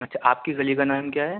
اچھا آپ کی گلی کا نام کیا ہے